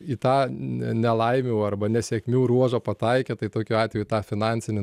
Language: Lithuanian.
į tą n nelaimių arba nesėkmių ruožą pataikė tai tokiu atveju tą finansinį